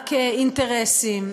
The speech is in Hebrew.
רק אינטרסים,